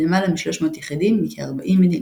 למעלה מ-300 יחידים מכ-40 מדינות.